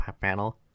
panel